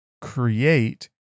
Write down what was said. create